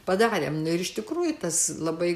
padarėm nu ir iš tikrųjų tas labai